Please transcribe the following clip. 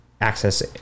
access